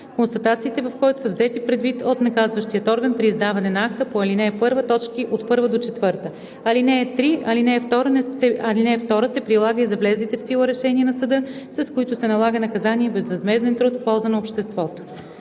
констатациите в който са взети предвид от наказващия орган при издаване на акта по ал. 1, т. 1 – 4. (3) Алинея 2 се прилага и за влезлите в сила решения на съда, с които се налага наказание безвъзмезден труд в полза на обществото.“